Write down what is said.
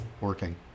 working